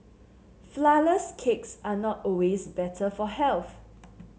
flourless cakes are not always better for health